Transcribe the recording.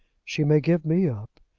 she may give me up,